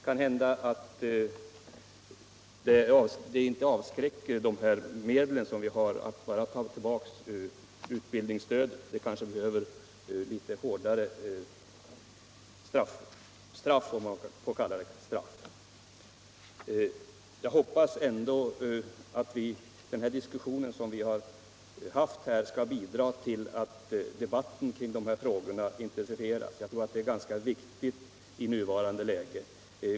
Kanhända avskräcker inte de medel som står till förfogande, att bara ta tillbaka utbildningsstödet. Det kanske behövs litet hårdare straff, om man får kalla det så. Jag hoppas att den diskussion som vi nu fört skall bidra till att debatten kring de här frågorna intensifieras. Jag tror att det är viktigt i nuvarande läge.